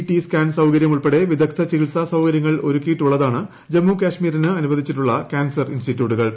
T scan സൌകരൃം ഉൾപ്പെടെ വിദഗ്ധ ചികിത്സാ സൌകര്യങ്ങൾ ഒരുക്കിയിട്ടുള്ളതാണ് ജമ്മുകാശ്മീരിൽ അനുവദിച്ചിട്ടുള്ള കാൻസർ ഇൻസ്റ്റിറ്റ്യൂട്ടുകൾ